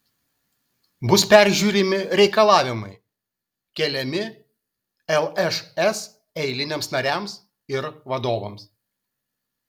bus peržiūrimi reikalavimai keliami lšs eiliniams nariams ir vadovams